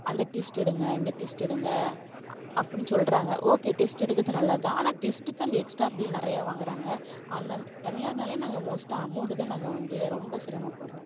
அந்த டெஸ்ட் எடுங்க இந்த டெஸ்ட் எடுங்க அ அப்பிடின்னு சொல்கிறாங்க ஓகே டெஸ்ட் எடுக்கிறது நல்லத்தான் ஆனால் டெஸ்ட்டுக்கு அந்த எக்ஸ்ட்ராக பில் நிறையா வாங்கிறாங்க அந்த தனியார்னாலே நாங்கள் மோஸ்ட்டாக அமௌண்ட்டு தான் நாங்கள் வந்து ரொம்ப சிரமப்படுகிறோம்